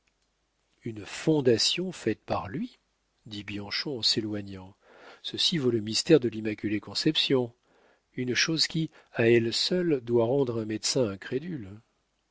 une fondation faite par lui dit bianchon en s'éloignant ceci vaut le mystère de l'immaculée conception une chose qui à elle seule doit rendre un médecin incrédule